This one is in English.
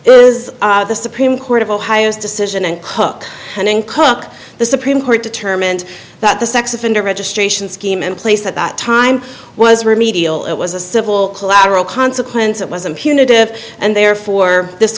is the supreme court of ohio's decision and cook and in cook the supreme court determined that the sex offender registration scheme in place at that time was remedial it was a civil collateral consequence it was a punitive and therefore this